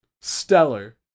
Stellar